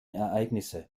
ereignisse